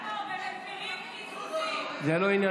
זה עניין